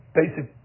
basic